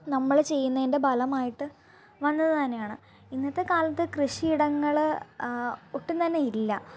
നമ്മൾ ചെയ്യുന്നതിൻ്റെ ഫലമായിട്ട് വന്നത് തന്നെയാണ് ഇന്നത്തെ കാലത്ത് കൃഷി ഇടങ്ങൾ ഒട്ടും തന്നെ ഇല്ല